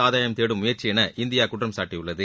ஆதாயம் தேடும் முயற்சி என இந்தியா குற்றம்சாட்டியுள்ளது